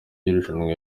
y’irushanwa